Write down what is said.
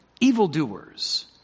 evildoers